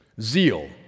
Zeal